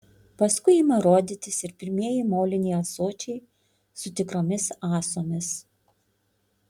paskui ima rodytis ir pirmieji moliniai ąsočiai su tikromis ąsomis